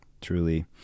truly